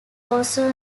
also